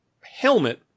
helmet